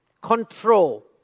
control